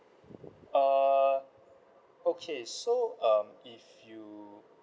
uh okay so um if you